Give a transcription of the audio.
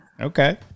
Okay